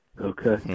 okay